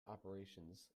operations